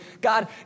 God